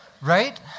Right